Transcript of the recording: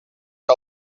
que